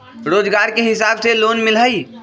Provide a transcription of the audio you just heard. रोजगार के हिसाब से लोन मिलहई?